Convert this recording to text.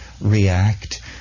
react